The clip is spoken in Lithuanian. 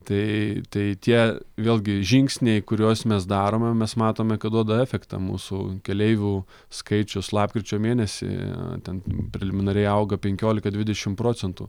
tai tai tie vėlgi žingsniai kuriuos mes darome mes matome kad duoda efektą mūsų keleivių skaičius lapkričio mėnesį ten preliminariai auga penkiolika dvidešimt procentų